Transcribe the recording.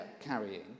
carrying